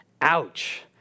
Ouch